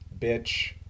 bitch